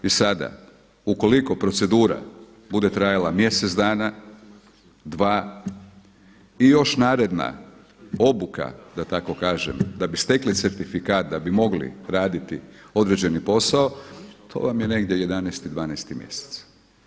I sada ukoliko procedura bude trajala mjesec dana, dva i još naredna obuka da tako kažem da bi stekli certifikat, da bi mogli raditi određeni posao to vam je negdje 11.-ti, 12.-ti mjesec.